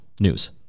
News